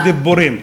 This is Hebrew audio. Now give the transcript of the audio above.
רק דיבורים.